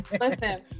Listen